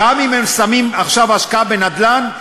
גם אם הם שמים עכשיו השקעה בנדל"ן,